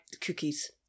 cookies